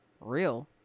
real